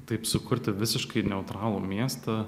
taip sukurti visiškai neutralų miestą